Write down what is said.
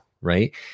right